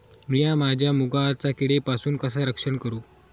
मीया माझ्या मुगाचा किडीपासून कसा रक्षण करू?